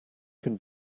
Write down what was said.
can